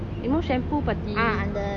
you know shampoo பத்தி:pathi